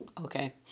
Okay